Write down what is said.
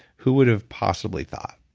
who would have possibly thought?